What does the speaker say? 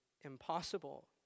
impossible